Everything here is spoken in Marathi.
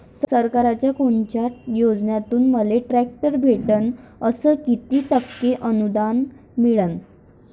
सरकारच्या कोनत्या योजनेतून मले ट्रॅक्टर भेटन अस किती टक्के अनुदान मिळन?